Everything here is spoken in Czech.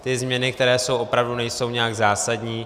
Ty změny, které jsou, opravdu nejsou nějak zásadní.